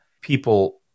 People